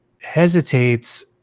hesitates